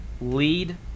lead